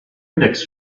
index